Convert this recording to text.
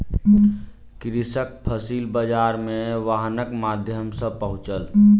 कृषक फसिल बाजार मे वाहनक माध्यम सॅ पहुँचल